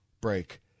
break